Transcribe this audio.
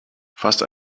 fast